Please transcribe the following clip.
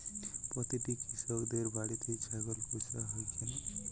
প্রতিটি কৃষকদের বাড়িতে ছাগল পোষা হয় কেন?